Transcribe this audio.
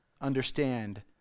understand